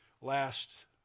Last